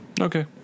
Okay